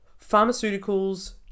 pharmaceuticals